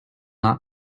not